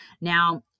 Now